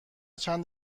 چند